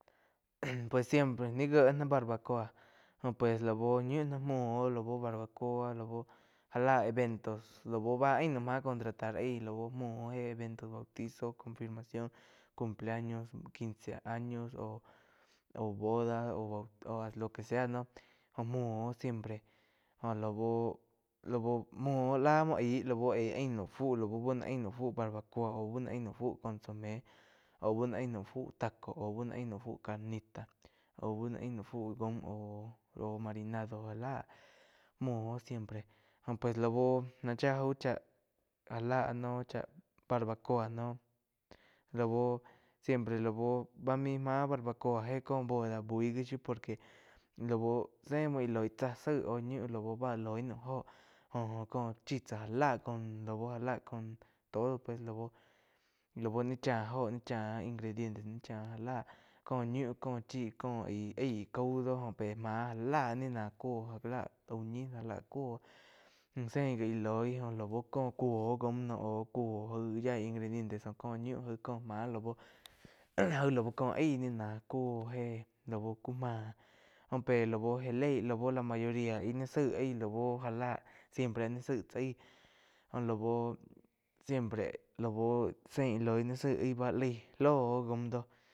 Pues siempre níh gíe ná barbacoa jóh pues laú ñiu náh lúo óh laú barbacoa já lá evento laú bá ain naum máh contratar aíg lau muo éh evento bautiso, confirmación, cumpleaños quince años óh-óh boda óh lo que sea noh jóh muo oh siempre jó lá búh muoh óh láh muo aig lá bu éh ain naum fu lau bu no aing naum fu barbacoa aug bá noh ain naum fu consume au bá no ain naum fu taco bá noh ain naum fu carnita aú bá no ain naum fu jaum oh-oh marinado já láh múo oh. Siempre jó pues la bu áh chá jaú cháh já lá áh noh cháh barbacoa no lau siempre lau bá máig máh barbacoa jéh có boda buí gi shiu por que lau zéh muo íh loig tsáh sáig óh ñiu láu báh loi naum óho jo-jo có chí tsá já lah laí já lah con todo pues lau ni chá óho ni chá ingrediente. Ni cháh já láh jóh ñiu cóh chi có aíg caú doh jo pé máh já láh ní náh cúo já láh úh ñih já la kúh zein gi íh loi jóh lau có cúo jaum noh aú cúo yaí ingrediente óh kó má ñiu kó máh lau jaí lau có aig ní náh cúo éh lau ku máh jó pé laú já léih lau lá mayoría íh ni zaig aí la úh já siempre nih zaig tsá aig jó lau siempre laú zein íh loi ni zaig aí báh laig lóh óh jaum doh.